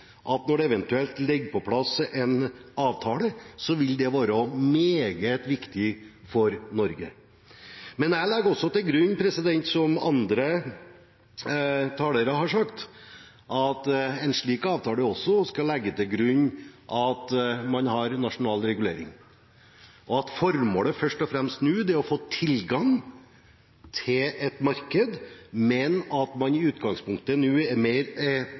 at når det eventuelt ligger på plass en avtale, vil det være meget viktig for Norge. Men jeg legger også til grunn, som andre talere har sagt, at en slik avtale også skal legge til grunn at man har nasjonal regulering, og at formålet først og fremst er å få tilgang til et marked, men at man nå i utgangspunktet prinsipielt sett er mer